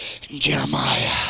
Jeremiah